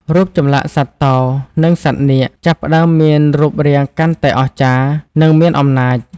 រូបចម្លាក់សត្វតោ និងសត្វនាគ ចាប់ផ្តើមមានរូបរាងកាន់តែអស្ចារ្យ និងមានអំណាច។